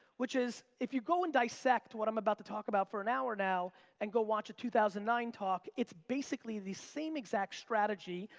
which is, if you go and dissect what i'm about to talk about for an hour now and go watch a two thousand and nine talk, it's basically the same exact strategy.